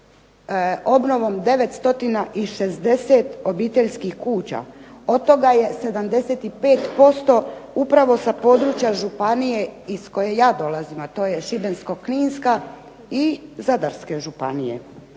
i 60 obiteljskih kuća, od toga je 75% upravo sa područja županije iz koje ja dolazim, a to je Šibensko-kninska i Zadarske županije.